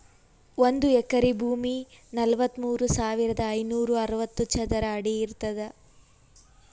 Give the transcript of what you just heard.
ಒಂದ್ ಎಕರಿ ಭೂಮಿ ನಲವತ್ಮೂರು ಸಾವಿರದ ಐನೂರ ಅರವತ್ತು ಚದರ ಅಡಿ ಇರ್ತದ